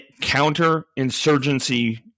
counterinsurgency